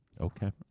Okay